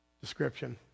description